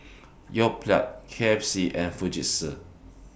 Yoplait K F C and Fujitsu